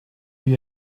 you